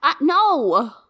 No